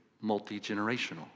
multi-generational